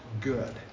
good